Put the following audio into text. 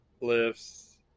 lifts